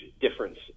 difference